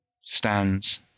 stands